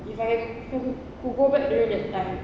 if I could go back during that time